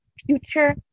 future